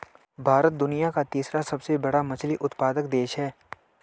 भारत दुनिया का तीसरा सबसे बड़ा मछली उत्पादक देश है